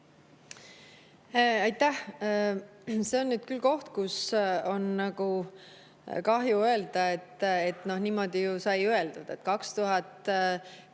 Aitäh! See on nüüd küll koht, kus on kahju öelda, et niimoodi ju sai öeldud. 2010–2011